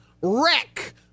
wreck